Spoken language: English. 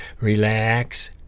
relax